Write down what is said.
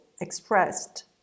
expressed